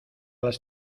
las